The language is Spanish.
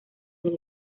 del